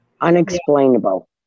Unexplainable